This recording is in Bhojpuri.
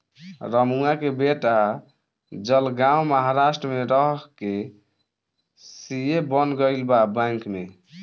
रमुआ के बेटा जलगांव महाराष्ट्र में रह के सी.ए बन गईल बा बैंक में